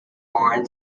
born